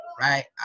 right